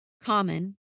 common